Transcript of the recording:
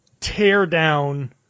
teardown